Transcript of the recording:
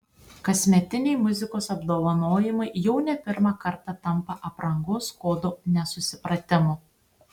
kasmetiniai muzikos apdovanojimai jau ne pirmą kartą tampa aprangos kodo nesusipratimu